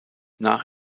nach